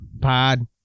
Pod